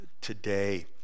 today